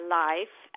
life